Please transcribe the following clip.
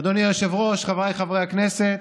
אדוני היושב-ראש, חבריי חברי הכנסת,